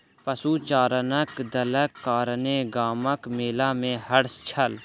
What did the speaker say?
पशुचारणक दलक कारणेँ गामक मेला में हर्ष छल